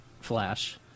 Flash